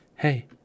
Hey